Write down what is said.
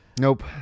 Nope